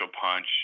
punch